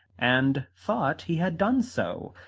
and thought he had done so.